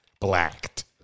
Blacked